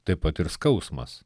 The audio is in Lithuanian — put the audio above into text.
taip pat ir skausmas